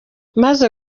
maze